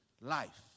life